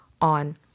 on